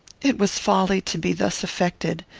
it was folly to be thus affected.